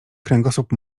kręgosłup